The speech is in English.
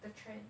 the trend